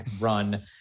run